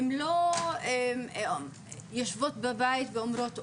הן לא יושבות בבית ואומרות אולי,